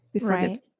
Right